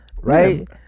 Right